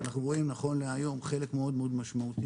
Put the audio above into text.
אנחנו רואים נכון להיום חלק מאוד משמעותי